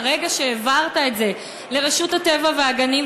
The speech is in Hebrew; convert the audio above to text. ברגע שהעברת את זה לרשות הטבע והגנים,